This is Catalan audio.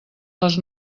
les